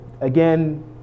again